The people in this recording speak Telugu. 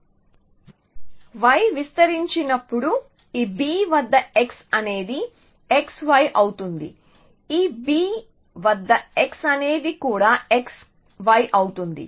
y విస్తరించినప్పుడు ఈ b వద్ద x అనేది xy అవుతుంది ఈ b వద్ద x అనేది కూడా xy అవుతుంది